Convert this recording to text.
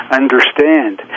understand